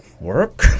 work